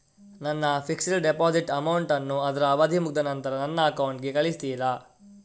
ನನ್ನ fixed deposit amount ಅನ್ನು ಅದ್ರ ಅವಧಿ ಮುಗ್ದ ನಂತ್ರ ನನ್ನ ಅಕೌಂಟ್ ಗೆ ಕಳಿಸ್ತೀರಾ?